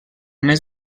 més